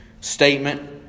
statement